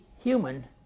human